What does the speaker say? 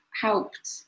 helped